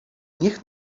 niech